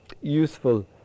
useful